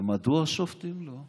ומדוע שופטים לא?